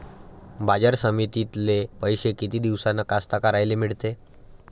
बाजार समितीतले पैशे किती दिवसानं कास्तकाराइले मिळते?